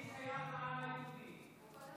אני שייך לעם היהודי, הוא קודם